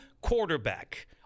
quarterback